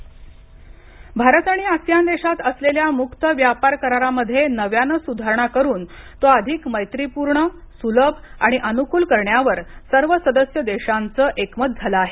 ASEAN बैठक भारत आणि ASEAN देशात असलेल्या मुक्त व्यापार करारामध्ये नव्याने सुधारणा करून तो अधिक मैत्रीपूर्ण सुलभ आणि अनुकूल करण्यावर सर्व सदस्य देशांचं एकमत झालं आहे